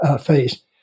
Phase